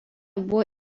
buvo